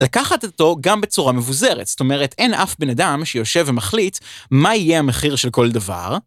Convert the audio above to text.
לקחת אתו גם בצורה מבוזרת, זאת אומרת אין אף בן אדם שיושב ומחליט מה יהיה המחיר של כל דבר.